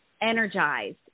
energized